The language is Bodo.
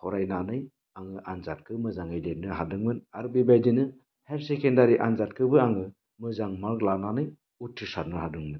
फरायनानै आङो आनजादखौ मोजाङै लिरनो हादोंमोन आरो बेबायदिनो हायार सेकेण्डारि आनजादखौबो आङो मोजां मार्क लानानै उथ्रिसारनो हादोंमोन